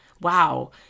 Wow